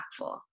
impactful